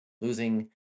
Losing